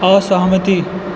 असहमति